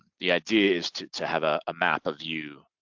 the idea is to to have a map of you,